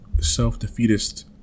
self-defeatist